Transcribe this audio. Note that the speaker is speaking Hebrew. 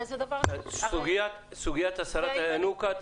סוגיית הסרת הינוקא,